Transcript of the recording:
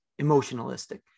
emotionalistic